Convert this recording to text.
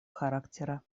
характера